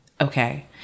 Okay